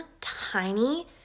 tiny